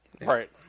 right